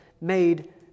made